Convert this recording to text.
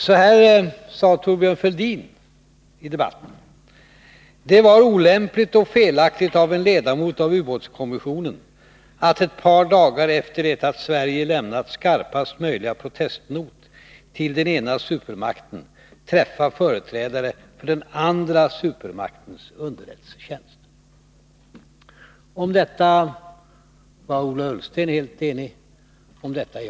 Så här sade Thorbjörn Fälldin i debatten: Det var olämpligt och felaktigt av en ledamot av ubåtskommissionen att ett par dagar efter det att Sverige lämnat skarpast möjliga protestnot till den ena supermakten träffa företrädare för den andra supermaktens underrättelsetjänst. Om detta var Ola Ullsten och jag helt eniga.